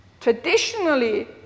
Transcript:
Traditionally